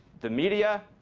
the media,